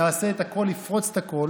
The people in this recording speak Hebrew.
יעשה את הכול לפרוץ את הכול,